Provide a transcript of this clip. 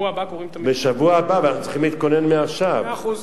זה אמרו על עשיו.